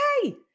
okay